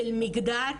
של מגדר,